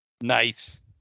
Nice